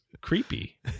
creepy